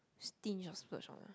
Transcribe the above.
stinge or splurge on ah